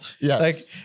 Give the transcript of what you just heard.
Yes